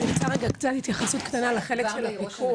אני רוצה להתייחס לחלק של הפיקוח.